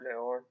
Leon